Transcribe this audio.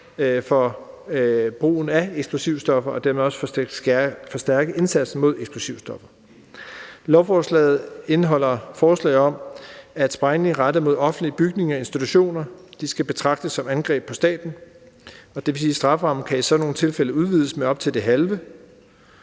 for brugen af eksplosivstoffer og dermed også skærpe indsatsen mod eksplosivstoffer. Lovforslaget indeholder forslag om, at sprængning rettet mod offentlige bygninger og institutioner skal betragtes som angreb på staten, og det vil sige, at strafferammen i sådanne tilfælde kan udvides med indtil det halve.